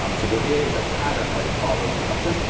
um so there is a pattern that it follows in some sense,